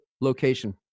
location